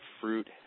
fruit